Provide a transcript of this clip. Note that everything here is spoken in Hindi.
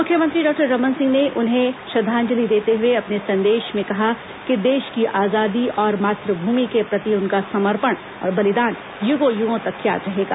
मुख्यमंत्री डॉक्टर रमन सिंह ने उन्हें श्रद्वांजलि देते हुए अपने संदेश में कहा कि देश की आजादी और मातृभूमि के प्रति उनका समर्पण और बलिदान युगों युगों तक याद रहेगा